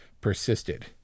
persisted